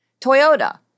Toyota